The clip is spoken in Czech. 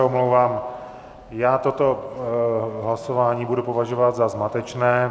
Omlouvám se, já toto hlasování budu považovat za zmatečné.